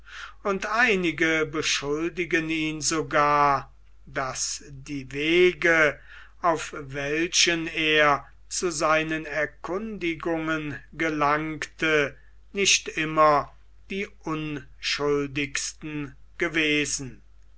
und einige beschuldigen ihn sogar daß die wege auf welchen er zu seinen erkundigungen gelangte nicht immer die unschuldigsten gewesen